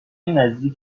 نزدیک